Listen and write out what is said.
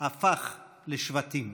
הפך לשבטים,